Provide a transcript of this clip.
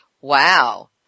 Wow